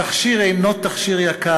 התכשיר אינו יקר,